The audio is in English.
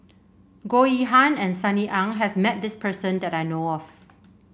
Goh Yihan and Sunny Ang has met this person that I know of